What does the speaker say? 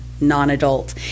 non-adult